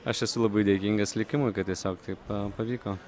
aš esu labai dėkingas likimui kad tiesiog taip pavyko